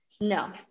No